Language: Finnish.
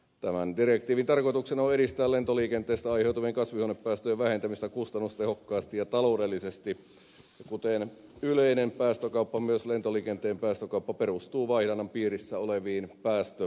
tämän direktiivin tarkoituksena on edistää lentoliikenteestä aiheutuvien kasvihuonepäästöjen vähentämistä kustannustehokkaasti ja taloudellisesti ja kuten yleinen päästökauppa myös lentoliikenteen päästökauppa perustuu vaihdannan piirissä oleviin päästöoikeuksiin